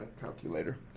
calculator